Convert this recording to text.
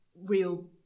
real